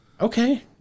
okay